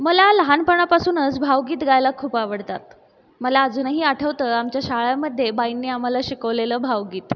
मला लहानपणापासूनच भावगीत गायला खूप आवडतात मला अजूनही आठवतं आमच्या शाळामध्ये बाईंनी आम्हाला शिकवलेलं भावगीत